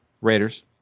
Raiders